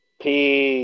Peace